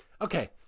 okay